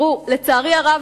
לצערי הרב,